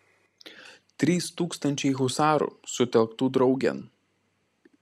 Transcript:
trys tūkstančiai husarų sutelktų draugėn